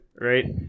right